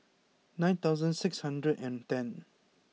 nine thousand six hundred and ten